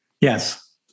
Yes